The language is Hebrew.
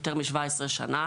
יותר מ-17 שנה